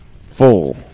full